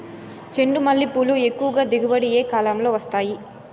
చెండుమల్లి పూలు ఎక్కువగా దిగుబడి ఏ కాలంలో వస్తాయి